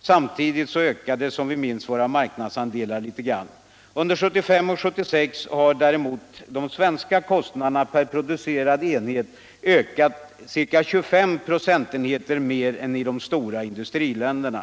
Samtidigt ökade, som vi minns, våra marknadsandelar litet grand. Under 1975 och 1976 har däremot de svenska kostnaderna per producerad enhet ökat ca 25 procentenheter mer än i de stora industriländerna.